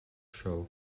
show